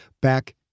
back